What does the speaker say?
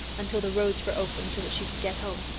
until the roads were opened so that she could get home.